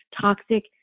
toxic